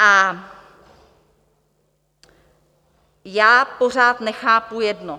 A já pořád nechápu jedno.